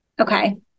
Okay